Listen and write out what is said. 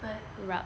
but